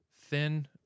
thin